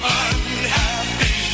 unhappy